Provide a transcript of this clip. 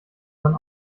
man